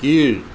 கீழ்